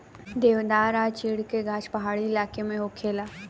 देवदार आ चीड़ के गाछ पहाड़ी इलाका में होखेला